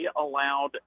allowed